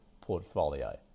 portfolio